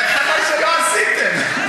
רק חבל שלא עשיתם.